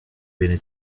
viene